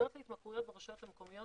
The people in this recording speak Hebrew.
היחידות להתמכרויות ברשויות המקומיות